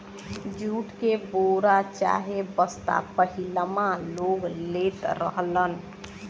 jute के बोरा चाहे बस्ता पहिलवां लोग लेत रहलन